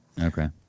Okay